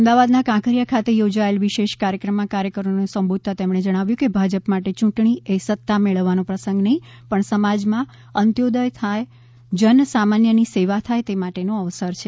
અમદાવાદના કાંકરિયા ખાતે યોજાયેલ વિશેષ કાર્યક્રમમાં કાર્યકરોને સંબોધતાં તેમણે જણાવ્યું કે ભાજપ માટે ચૂંટણી એ સત્તા મેળવવાનો પ્રસંગ નહીં પણ સમાજમાં અંત્યોદય થાય જન સામાન્યની સેવા થાય તે માટેનો અવસર છે